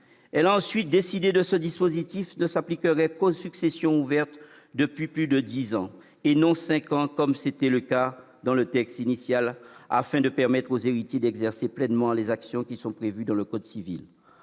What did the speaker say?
Elle a ensuite décidé que ce dispositif ne s'appliquerait qu'aux successions ouvertes depuis plus de dix ans- et non cinq ans comme c'était le cas dans le texte initial -afin de permettre aux héritiers d'exercer pleinement les actions qui sont prévues par le code civil.